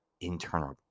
internal